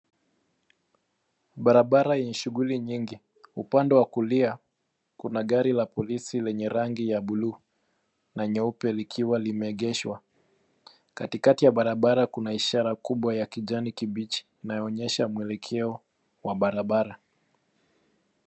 Barabara yenye shughuli nyingi ,upande wa kulia kuna gari la polisi lenye rangi ya buluu, na nyeupe likiwa limeegeshwa. Katikati ya barabara kuna ishara kubwa ya kijani kibichi inayo onyesha mwelekeo wa barabara.